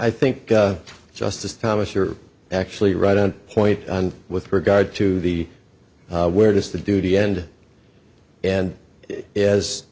i think justice thomas you're actually right on point with regard to the where does the duty end and as